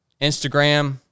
Instagram